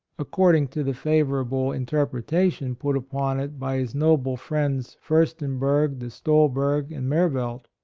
according to the favorable interpretation put upon it by his noble friends furstenberg, de stol berg and mervelt.